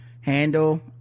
handle